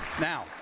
Now